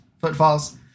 footfalls